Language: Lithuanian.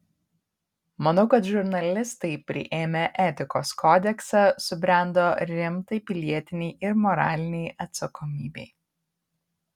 manau kad žurnalistai priėmę etikos kodeksą subrendo rimtai pilietinei ir moralinei atsakomybei